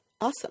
Awesome